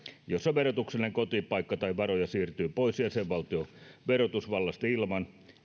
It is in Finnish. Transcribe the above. jossa verotuksellinen kotipaikka tai varoja siirtyy pois jäsenvaltion verotusvallasta ilman